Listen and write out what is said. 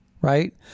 right